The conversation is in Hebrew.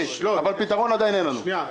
אבל פתרון אין לנו עדיין.